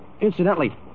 Incidentally